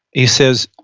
he says,